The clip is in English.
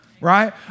right